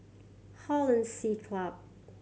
Hollandse Club